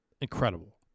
incredible